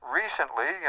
recently